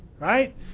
right